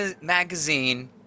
Magazine